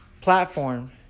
Platform